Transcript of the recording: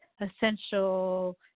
essential